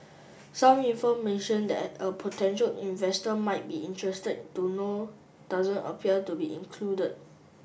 some information that a potential investor might be interested to know doesn't appear to be included